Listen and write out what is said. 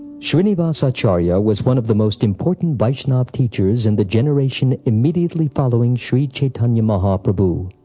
shrinivas acharya was one of the most important vaishnava teachers in the generation immediately following shri chaitanya mahaprabhu.